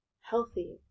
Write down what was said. healthy